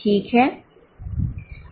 ठीक है